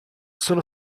sono